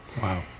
Wow